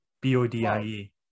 B-O-D-I-E